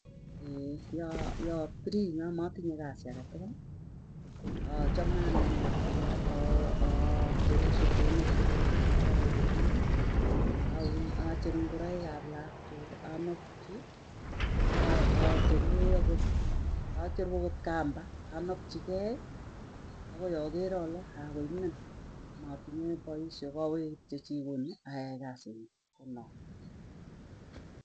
ya yaa free yamatinye kasi age tukuli achame anee ah ah acheru sotonikchuki, auni aun acheru ngoraik ap laakchuk anapchi aa aacheru angot kamba anapchikei akoi aker ale kakoimen, matinye paisyo kawee kityo chikoni ayai kasii nyuu konoe.